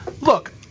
look